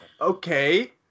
Okay